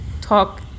talk